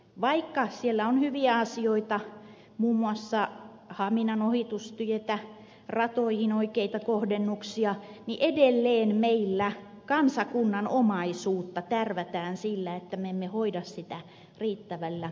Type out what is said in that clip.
vaikka siellä on hyviä asioita muun muassa haminan ohitustie ratoihin oikeita kohdennuksia niin edelleen meillä kansakunnan omaisuutta tärvätään sillä että me emme hoida sitä riittävällä panostuksella